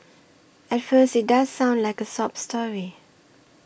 at first it does sound like a sob story